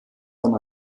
von